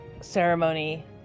ceremony